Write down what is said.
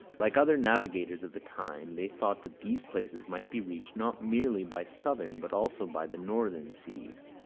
like other navigators of the time, they thought that these places might be reached not merely by southern but also by the northern seas.